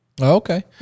Okay